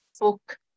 book